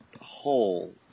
hole